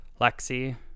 Lexi